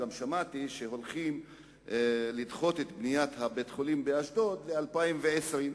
שמעתי שהולכים לדחות את בניית בית-החולים באשדוד ל-2020,